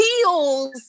feels